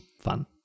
fun